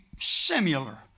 similar